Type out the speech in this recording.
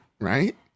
right